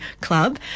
club